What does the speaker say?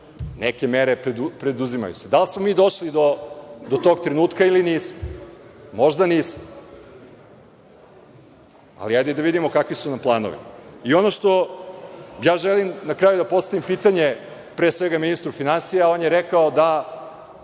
neke mere preduzimaju se. Da li smo mi došli do tog trenutka ili nismo? Možda nismo. Hajde da vidimo kakvi su nam planovi. I ono što želim da postavim pitanje, pre svega ministru finansija, on je rekao da